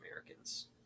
Americans